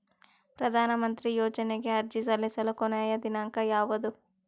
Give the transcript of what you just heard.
ಪ್ರಧಾನ ಮಂತ್ರಿ ಯೋಜನೆಗೆ ಅರ್ಜಿ ಸಲ್ಲಿಸಲು ಕೊನೆಯ ದಿನಾಂಕ ಯಾವದು?